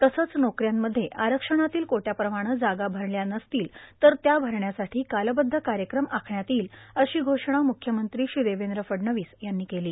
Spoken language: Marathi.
तसंच नोकऱ्यांमध्ये आरक्षणातील कोट्याप्रमाणं जागा भरल्या नसतील तर त्या भरण्यासाठी कालबद्ध कार्यक्रम आखण्यात येईल अशी घोषणा मुख्यमंत्री श्री देवेंद्र फडणवीस यांनी केली